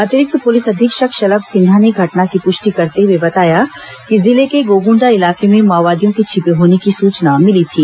अतिरिक्त पुलिस अधीक्षक शलभ सिन्हा ने घटना की पुष्टि करते हुए बताया कि जिले के गोगुंडा इलाके में माओवादियों के छिपे होने की सूचना मिली थी